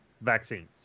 vaccines